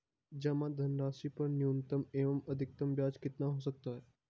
जमा धनराशि पर न्यूनतम एवं अधिकतम ब्याज कितना हो सकता है?